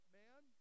man